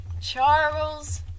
Charles